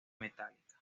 metallica